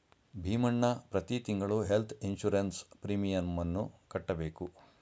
ಭೀಮಣ್ಣ ಪ್ರತಿ ತಿಂಗಳು health insurance ಪ್ರೀಮಿಯಮನ್ನು ಕಟ್ಟಬೇಕು